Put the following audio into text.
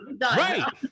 Right